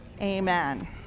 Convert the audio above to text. amen